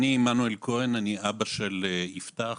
אני עמנואל כהן, אבא של יפתח.